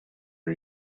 are